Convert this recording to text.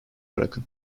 bırakın